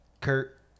Kurt